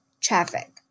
traffic